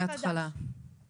אז אני